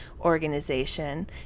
organization